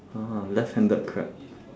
ah left handed crab